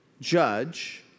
judge